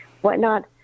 whatnot